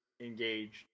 engaged